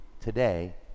today